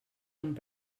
amb